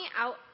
out